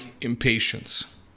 impatience